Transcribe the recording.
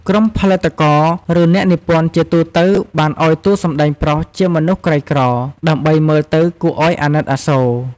ក្រុមផលិតករ ឬអ្នកនិពន្ធជាទូទៅបានឲ្យតួសម្ដែងប្រុសជាមនុស្សក្រីក្រ ដើម្បីមើលទៅគួរឲ្យអាណិតអាសូរ ។